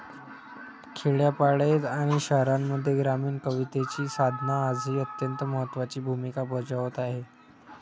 खेड्यापाड्यांत आणि शहरांमध्ये ग्रामीण कवितेची साधना आजही अत्यंत महत्त्वाची भूमिका बजावत आहे